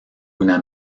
una